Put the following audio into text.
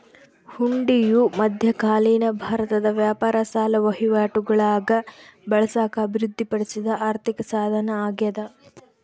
ಹುಂಡಿಯು ಮಧ್ಯಕಾಲೀನ ಭಾರತದ ವ್ಯಾಪಾರ ಸಾಲ ವಹಿವಾಟುಗುಳಾಗ ಬಳಸಾಕ ಅಭಿವೃದ್ಧಿಪಡಿಸಿದ ಆರ್ಥಿಕಸಾಧನ ಅಗ್ಯಾದ